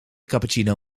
cappuccino